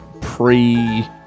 pre